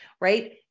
right